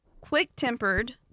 quick-tempered